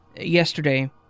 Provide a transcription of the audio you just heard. Yesterday